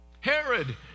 Herod